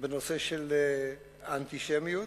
בנושא האנטישמיות.